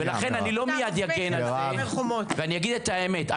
ולכן אני לא מיד אגן על זה ואני אגיד את האמת.